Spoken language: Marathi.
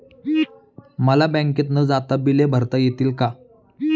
मला बँकेत न जाता बिले भरता येतील का?